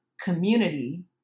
community